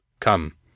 Come